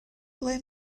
ble